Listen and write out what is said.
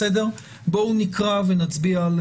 בואו נקרא ונצביע.